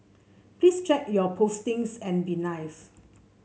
please check your postings and be nice